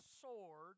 sword